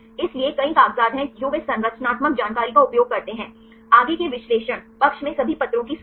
इसलिए कई कागजात हैं जो वे संरचनात्मक जानकारी का उपयोग करते हैं आगे के विश्लेषण पक्ष में सभी पत्रों की सूची